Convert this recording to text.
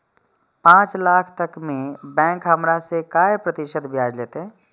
पाँच लाख तक में बैंक हमरा से काय प्रतिशत ब्याज लेते?